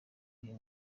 uyu